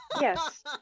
Yes